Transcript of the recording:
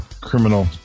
criminal